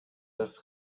dass